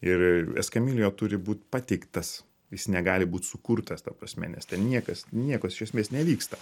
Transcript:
ir eskamilijo turi būt pateiktas jis negali būt sukurtas ta prasme nes ten niekas niekas iš esmės nevyksta